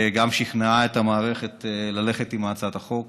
ושכנעה את המערכת ללכת עם הצעת החוק.